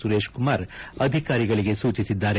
ಸುರೇಶ್ಕುಮಾರ್ ಅಧಿಕಾರಿಗಳಿಗೆ ಸೂಚಿಸಿದ್ದಾರೆ